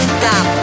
stop